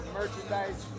merchandise